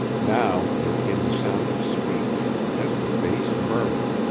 now there came the sound of speech, just a bass murmur.